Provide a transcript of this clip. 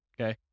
okay